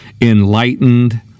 enlightened